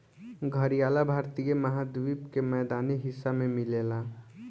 घड़ियाल भारतीय महाद्वीप के मैदानी हिस्सा में मिलेला